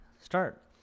Start